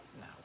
No